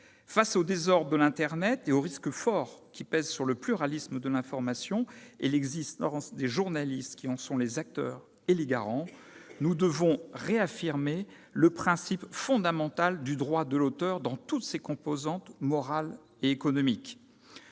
Face aux désordres de l'internet et aux risques importants qui pèsent sur le pluralisme de l'information et sur l'existence des journalismes qui en sont des acteurs et les garants, nous devons réaffirmer le principe fondamental du droit de l'auteur dans toutes ses composantes morales et économiques.